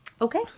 Okay